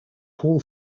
paul